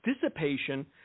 dissipation